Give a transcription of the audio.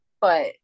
But-